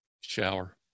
Shower